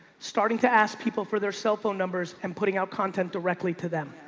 starting to ask people for their cell phone numbers and putting out content directly to them.